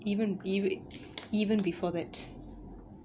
even ev~ even before that